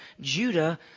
Judah